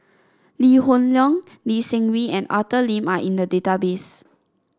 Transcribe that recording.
Lee Hoon Leong Lee Seng Wee and Arthur Lim are in the database